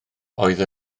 oedd